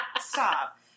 Stop